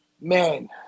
man